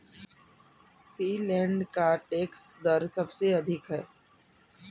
Finland का tax दर सबसे अधिक है